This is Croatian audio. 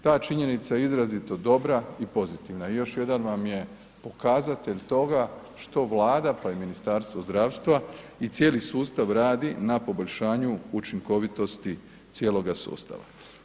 Ta činjenica je izrazito dobra i pozitivna i još jedan vam je pokazatelj toga što Vlada, pa i Ministarstvo zdravstva i cijeli sustav radi na poboljšanju učinkovitosti cijeloga sustava.